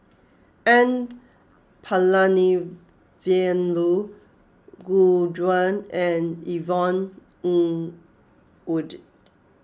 N Palanivelu Gu Juan and Yvonne Ng Uhde